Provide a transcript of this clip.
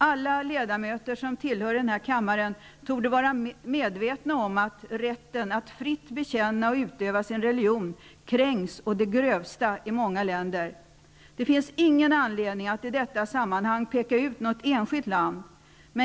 Alla ledamöter i denna kammare torde vara medvetna om att rätten att fritt bekänna och utöva sin religion kränks å det grövsta i många länder. Det finns ingen anledning att i detta sammanhang peka ut något enskilt land.